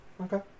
Okay